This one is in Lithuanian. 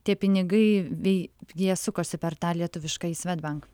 tie pinigai bei jie sukosi per tą lietuviškąjį svedbank